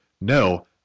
No